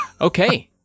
Okay